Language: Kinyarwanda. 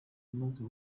amaze